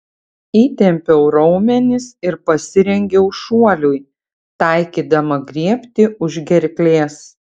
įtempiau raumenis ir pasirengiau šuoliui taikydama griebti už gerklės